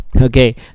Okay